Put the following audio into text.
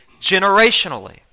generationally